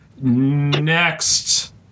next